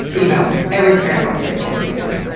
you know, every parent wants there kid to get into